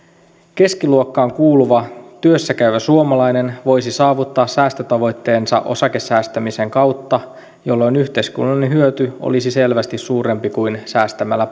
keskiluokkaan kuuluva työssä käyvä suomalainen voisi saavuttaa säästötavoitteensa osakesäästämisen kautta jolloin yhteiskunnallinen hyöty olisi selvästi suurempi kuin säästämällä